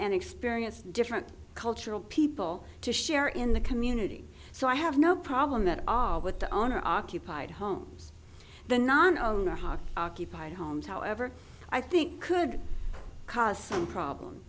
and experience different cultural people to share in the community so i have no problem at all with the owner occupied homes the non owner ha occupied homes however i think could cause some problems